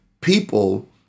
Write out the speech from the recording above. people